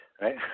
right